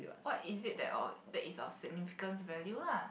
what is it that of that is of significance value lah